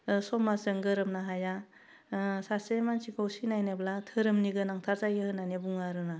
समाजजों गोरोबनो हाया सासे मानसिखौ सिनायनोब्ला धोरोमनि गोनांथार जायो होननानै बुङो आरो ना